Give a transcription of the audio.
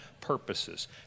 purposes